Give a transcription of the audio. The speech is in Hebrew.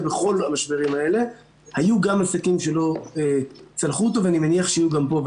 ובכל המשברים האלה היו גם עסקים שלא צלחו אותו ואני מניח שיהיו גם פה.